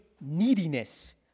neediness